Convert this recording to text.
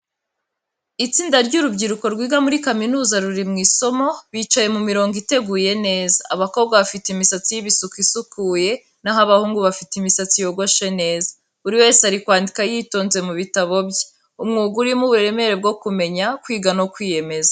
Itsinda ry’urubyiruko rwiga muri kaminuza ruri mu isomo, bicaye mu mirongo iteguye neza. Abakobwa bafite imisatsi y’ibisuko isukuye, naho abahungu bafite imisatsi yogoshe neza. Buri wese ari kwandika yitonze mu bitabo bye. Umwuga urimo uburemere bwo kumenya, kwiga no kwiyemeza.